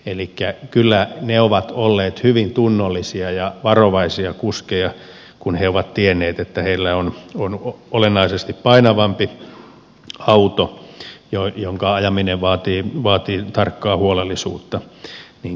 elikkä kyllä he ovat olleet hyvin tunnollisia ja varovaisia kuskeja kun he ovat tienneet että heillä on olennaisesti painavampi auto jonka ajaminen vaatii tarkkaa huolellisuutta käytössään